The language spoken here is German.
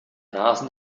rasen